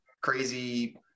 crazy